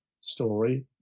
story